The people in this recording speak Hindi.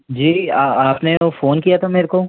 जी आपने फ़ोन किया था मेरे को